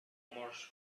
rumors